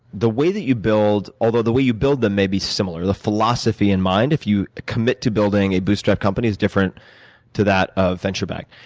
the way that you build although, the way you build them may be similar. the philosophy in mind, if you commit to building a bootstrap company, it's different to that of venture-back.